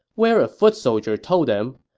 where a foot soldier told them,